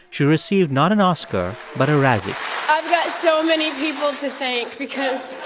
she received not an oscar but a razzie i've got so many people to thank because.